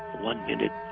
one minute